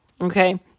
okay